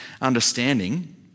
understanding